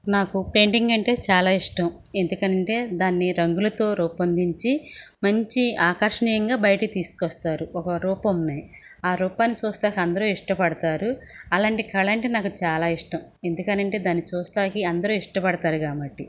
నాకు పెయింటింగ్ అంటే చాలా ఇష్టం ఎందుకు అంటే దాన్ని రంగులతో రూపొందించి మంచి ఆకర్షణీయంగా బయటికి తీసుకొస్తారు ఒక రూపంని ఆ రూపాన్ని చూస్తానికి అందరూ ఇష్టపడతారు అలాంటి కళ అంటే నాకు చాలా ఇష్టం ఎందుకు అని అంటే దాన్ని చూస్తానికి అందరూ ఇష్టపడతారు కాబట్టి